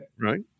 right